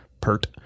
PERT